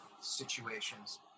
situations